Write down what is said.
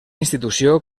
institució